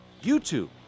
YouTube